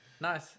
Nice